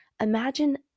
Imagine